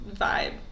vibe